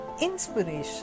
inspiration